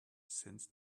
since